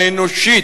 האנושית,